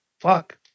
Fuck